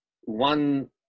one